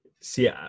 See